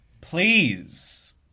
Please